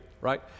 right